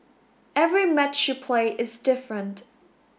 every match you play is different